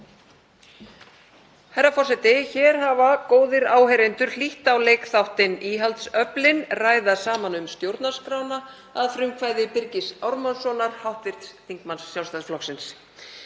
Herra forseti. Hér hafa góðir áheyrendur hlýtt á leikþáttinn „Íhaldsöflin ræða saman um stjórnarskrána“ að frumkvæði Birgis Ármannssonar, hv. þm. Sjálfstæðisflokksins.